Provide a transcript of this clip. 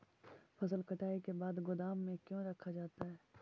फसल कटाई के बाद गोदाम में क्यों रखा जाता है?